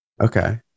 Okay